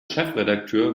chefredakteur